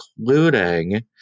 including